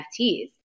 NFTs